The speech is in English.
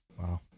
Wow